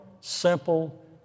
simple